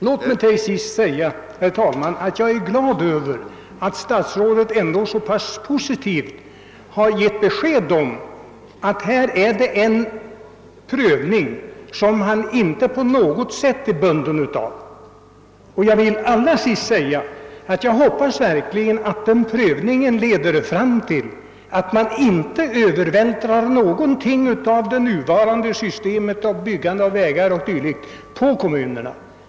Låt mig avslutningsvis, herr talman, säga att jag är glad över att statsrådet ändå så pass positivt uttalat att han inte på något sätt känner sig bunden inför departementets prövning av vägbyggnadsansvaret. Jag vill allra sist säga att jag verkligen hoppas att denna prövning leder fram till att man inte skall övervältra något av ansvaret i den nuvarande fördelningen av byggandet av vägar och dylikt på kommunerna.